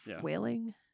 whaling